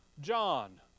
John